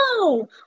No